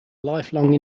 lifelong